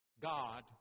God